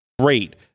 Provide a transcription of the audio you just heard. Great